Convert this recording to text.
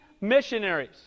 missionaries